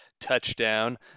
touchdown